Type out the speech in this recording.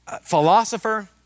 Philosopher